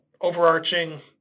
overarching